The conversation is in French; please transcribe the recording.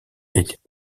étaient